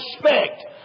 respect